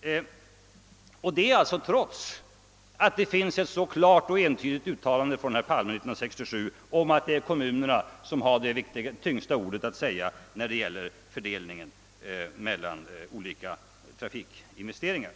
detta alltså trots att herr Palme 1967 gjorde ett så klart och entydigt uttalande om att kommunernas ord väger tyngst när det gäller fördelningen mellan olika trafikinvesteringar.